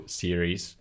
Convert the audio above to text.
series